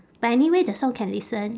but anyway the song can listen